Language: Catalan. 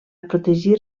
protegir